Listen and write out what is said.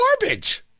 garbage